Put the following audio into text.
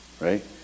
right